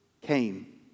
came